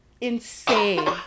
insane